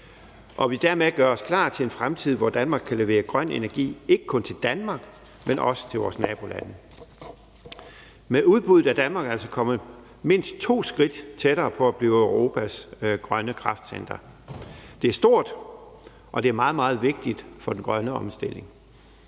Dermed gør vi os klar til en fremtid, hvor Danmark kan levere grøn energi ikke kun til Danmark, men også til vores nabolande. Med udbuddet er Danmark altså kommet mindst to skridt tættere på at blive Europas grønne kraftcenter. Det er stort, og det er meget, meget vigtigt for den grønne omstilling,